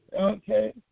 Okay